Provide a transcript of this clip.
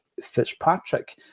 Fitzpatrick